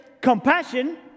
Compassion